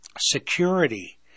security